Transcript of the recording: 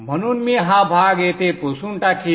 म्हणून मी हा भाग येथे पुसून टाकीन